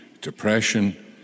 depression